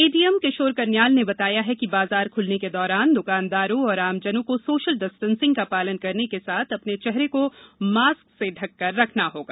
ADM Kishore Kanyal ने बताया कि बाजार खुलने के दौरान द्वकानदारों एवं आमजनों को सोशल डिस्टेंसिंग का पालन करने के साथ अपने चेहरे को मास्क से ढककर रखना होगा